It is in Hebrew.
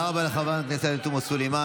תודה רבה לחברת הכנסת עאידה תומא סלימאן.